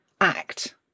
act